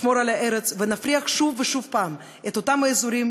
נשמור על הארץ ונפריח שוב את אותם אזורים